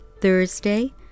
Thursday